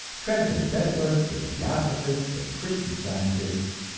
transcendentalists and theosophists and christian scientists,